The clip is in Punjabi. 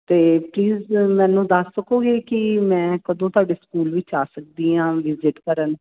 ਅਤੇ ਪਲੀਜ਼ ਮੈਨੂੰ ਦੱਸ ਸਕੋਗੇ ਕਿ ਮੈਂ ਕਦੋਂ ਤੁਹਾਡੇ ਸਕੂਲ ਵਿੱਚ ਆ ਸਕਦੀ ਹਾਂ ਵਿਜਿਟ ਕਰਨ